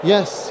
Yes